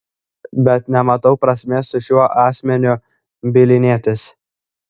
bet nematau prasmės su šiuo asmeniu bylinėtis